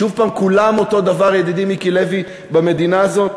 שוב, כולם אותו דבר, ידידי מיקי לוי, במדינה הזאת?